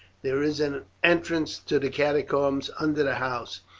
there is an entrance to the catacombs under the house.